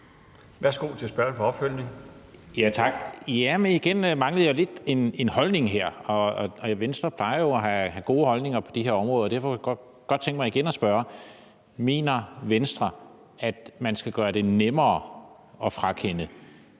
Christian Friis Bach (RV): Tak. Igen manglede jeg jo lidt en holdning her, og Venstre plejer jo at have gode holdninger på de her områder. Derfor kunne jeg godt tænke mig igen at spørge: Mener Venstre, at man skal gøre det nemmere at frakende